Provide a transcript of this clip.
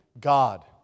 God